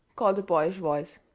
called a boyish voice.